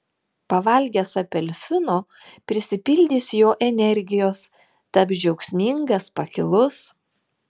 pavalgęs apelsino prisipildys jo energijos taps džiaugsmingas pakilus